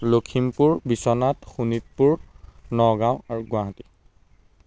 লখিমপুৰ বিশ্বনাথ শোণিতপুৰ নগাঁও আৰু গুৱাহাটী